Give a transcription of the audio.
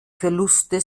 verluste